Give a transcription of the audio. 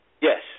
Yes